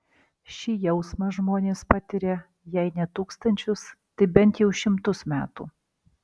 šį jausmą žmonės patiria jei ne tūkstančius tai bent jau šimtus metų